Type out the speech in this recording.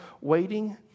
waiting